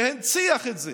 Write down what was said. והנציח את זה.